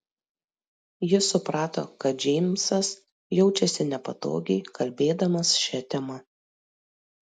ji suprato kad džeimsas jaučiasi nepatogiai kalbėdamas šia tema